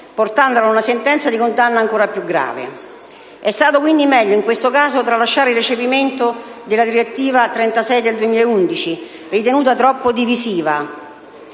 portandolo ad una sentenza di condanna ancor più grave. È stato quindi meglio, in questo caso, tralasciare il recepimento della direttiva n. 36 del 2011, ritenuta troppo «divisiva».